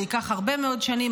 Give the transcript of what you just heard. זה עדיין ייקח הרבה מאוד שנים,